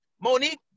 Monique